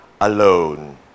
alone